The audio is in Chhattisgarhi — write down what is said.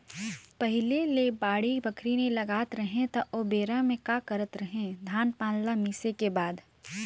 पहिले ले बाड़ी बखरी नइ लगात रहें त ओबेरा में का करत रहें, धान पान ल मिसे के बाद